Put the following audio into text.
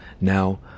Now